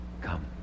come